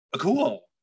Cool